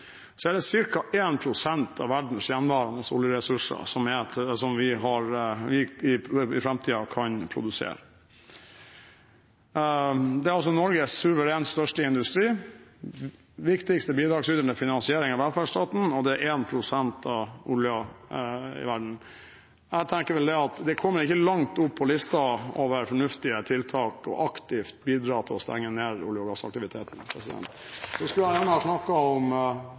er det ca. 1 pst. av verdens gjenværende oljeressurser som vi i framtiden kan produsere. Det er også Norges suverent største industri, den viktigste bidragsyteren til finansiering av velferdsstaten, og det er 1 pst. av oljen i verden. Jeg tenker at det ikke kommer langt opp på listen over fornuftige tiltak aktivt å bidra til å stenge ned olje- og gassaktiviteten. Så skulle jeg gjerne ha snakket om